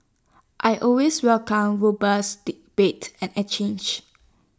I always welcome robust debates and exchanges